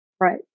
Right